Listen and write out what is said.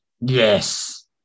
yes